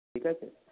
ঠিক আছে